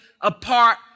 apart